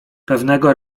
pewnego